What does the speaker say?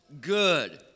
good